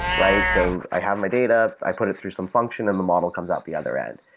right? so i have my data. i put it through some function and the model comes out the other end.